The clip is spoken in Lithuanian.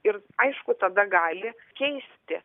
ir aišku tada gali keisti